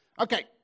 Okay